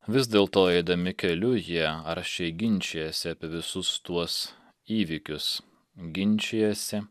vis dėl to eidami keliu jie aršiai ginčijasi apie visus tuos įvykius ginčijasi